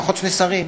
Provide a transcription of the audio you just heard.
פחות שני שרים?